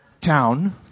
town